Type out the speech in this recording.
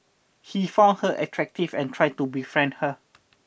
he found her attractive and tried to befriend her